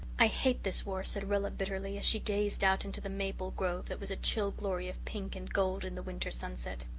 i hate this war, said rilla bitterly, as she gazed out into the maple grove that was a chill glory of pink and gold in the winter sunset.